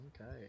Okay